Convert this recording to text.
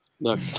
Look